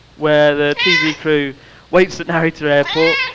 where the tv crew waits at narita airport,